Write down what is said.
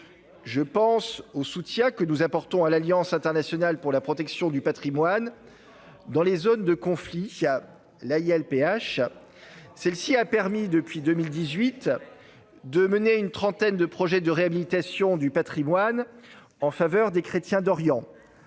Je pense au soutien que nous apportons à l'Alliance internationale pour la protection du patrimoine dans les zones en conflit (Aliph). Il s'est trompé de fiche ! Cela a permis de mener une trentaine de projets de réhabilitation du patrimoine en faveur des chrétiens d'Orient